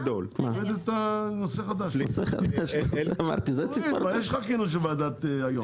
אני אומר חודשיים או 30 יום.